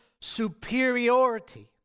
superiority